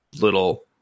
little